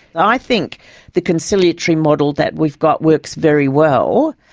i think the conciliatory model that we've got works very well.